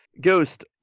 Ghost